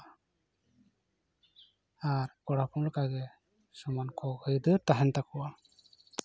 ᱟᱨ ᱠᱚᱲᱟ ᱦᱚᱯᱚᱱ ᱞᱮᱠᱟᱜᱮ ᱥᱚᱢᱟᱱ ᱦᱚᱠ ᱟᱹᱭᱫᱟᱹᱨ ᱛᱟᱦᱮᱱ ᱛᱟᱠᱚᱣᱟ